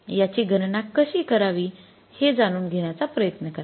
याची गणना कशी करावी हे जाणून घेण्याचा प्रयत्न करा